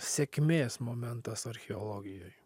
sėkmės momentas archeologijoj